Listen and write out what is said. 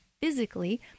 physically